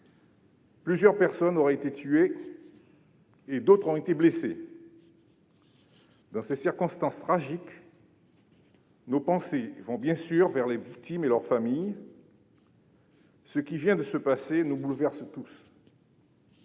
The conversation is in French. plusieurs personnes auraient été tuées et d'autres blessées. Dans ces circonstances tragiques, nos pensées vont bien sûr aux victimes et à leurs familles : ce qui vient de se passer nous bouleverse tous.